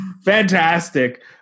Fantastic